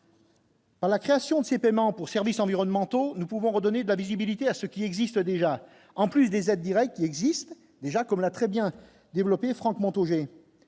Dans la création de ces paiements pour services environnementaux nous pouvons redonner de la visibilité à ce qui existe déjà en plus. Cette directes qui existent déjà, comme l'a très bien développé Franck Manteaux,